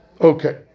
Okay